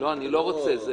אני לא רוצה.